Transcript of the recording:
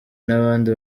n’abandi